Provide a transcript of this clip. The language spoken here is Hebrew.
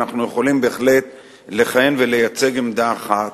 ואנחנו יכולים בהחלט לכהן ולייצג עמדה אחת.